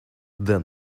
than